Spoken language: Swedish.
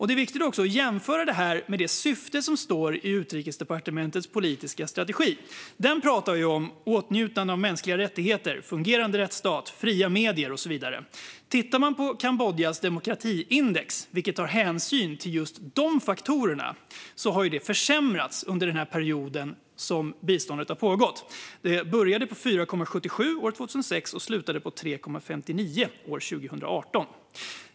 Det är viktigt också att jämföra det med det syfte som står i Utrikesdepartementets politiska strategi. Den pratar ju om åtnjutande av mänskliga rättigheter, fungerande rättsstat, fria medier och så vidare. Kambodjas demokratiindex, vilket tar hänsyn till just de faktorerna, har försämrats under den period som biståndet har pågått. Det började på 4,77 år 2006 och slutade på 3,59 år 2018.